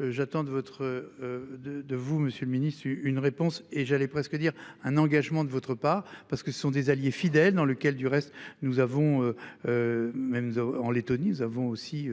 votre. De de vous Monsieur le Ministre, une réponse et j'allais presque dire un engagement de votre part parce que ce sont des alliés fidèles dans lequel du reste nous avons. Même en Léttonie. Nous avons aussi